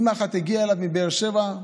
אימא אחת הגיעה אליו מבאר שבע,